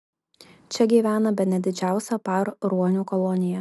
čia gyvena bene didžiausia par ruonių kolonija